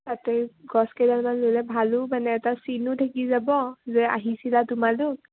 তাতে গছ কেইডালমান ৰুলে ভালো মানে এটা চিনো থাকি যাব যে আহিছিলা তোমালোক